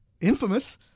Infamous